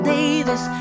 Davis